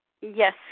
Yes